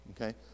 Okay